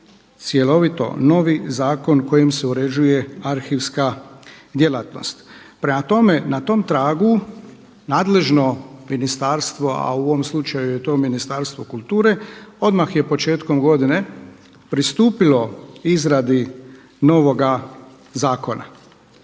cjelovito novi zakon kojim se uređuje arhivska djelatnost. Prema tome, na tom tragu nadležno ministarstvo a u ovom slučaju je to Ministarstvo kulture odmah je početkom godine pristupilo izradi novoga zakona.